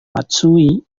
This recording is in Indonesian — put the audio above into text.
matsui